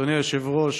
אדוני היושב-ראש,